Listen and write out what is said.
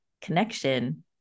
connection